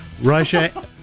Russia